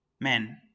Men